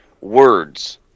words